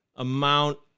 amount